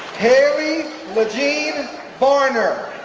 harry lagine horner,